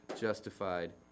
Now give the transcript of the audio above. justified